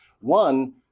One